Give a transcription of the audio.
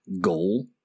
goal